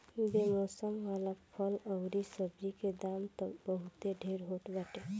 बेमौसम वाला फल अउरी सब्जी के दाम तअ बहुते ढेर होत बाटे